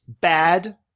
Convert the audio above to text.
bad